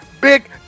Big